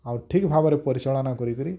ଆଉ ଠିକ୍ ଭାବରେ ପରିଚାଳନା କରିକିରି